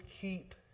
keep